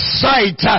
sight